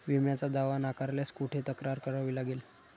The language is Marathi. विम्याचा दावा नाकारल्यास कुठे तक्रार करावी लागेल?